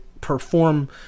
perform